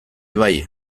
bai